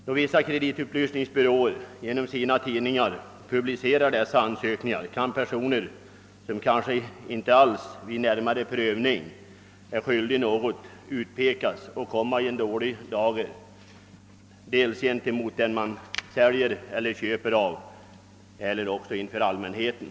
Då vissa kreditupplysningsbyråer genom sina tidningar publicerar dessa ansökningar kan en person, som vid närmare prövning kanske inte alls häftar i någon skuld, utpekas och råka i dålig dager dels inför den han säljer till eller köper av, dels inför allmänheten.